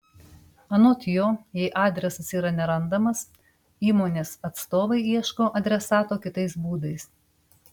anot jo jei adresas yra nerandamas įmonės atstovai ieško adresato kitais būdais